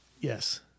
Yes